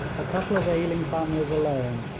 a couple of ailing families alone,